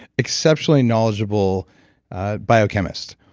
exceptionally knowledgeable biochemist,